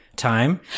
time